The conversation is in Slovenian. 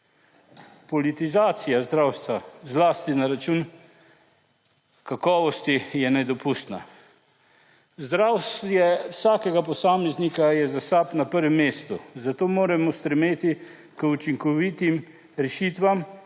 Politizacija zdravstva, zlasti na račun kakovosti je nedopustna. Zdravje vsakega posameznika je za SAB na prvem mestu, zato moramo stremeti k učinkovitim rešitvam,